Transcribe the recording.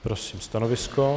Prosím stanovisko.